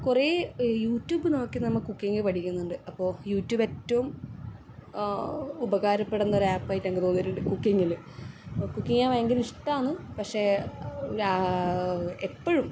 കുറെ യൂറ്റുബ് നോക്കി നമ്മൾ കുക്കിങ്ങ് പഠിയ്ക്കുന്നുണ്ട് അപ്പോൾ യൂറ്റുബ് എറ്റവും ഉപകാരപ്പെടുന്ന ഒരാപ്പായിട്ട് എനക്ക് തോന്നിയിട്ടുണ്ട് കുക്കിങ്ല് കുക്കെയാൻ ഭയങ്കര ഇഷ്ടാന്ന് പക്ഷേ എപ്പഴും